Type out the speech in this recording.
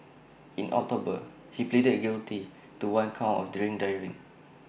in October he pleaded guilty to one count of drink driving